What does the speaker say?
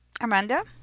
amanda